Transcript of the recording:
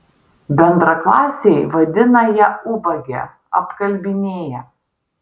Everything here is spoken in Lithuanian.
bendraklasiai vadina ją ubage apkalbinėja